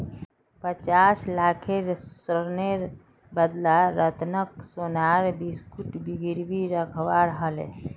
पचास लाखेर ऋनेर बदला रतनक सोनार बिस्कुट गिरवी रखवा ह ले